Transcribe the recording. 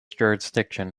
jurisdiction